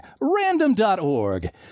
Random.org